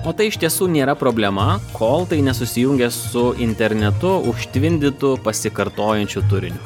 o tai iš tiesų nėra problema kol tai nesusijungia su internetu užtvindytu pasikartojančiu turiniu